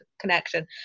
connection